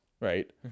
right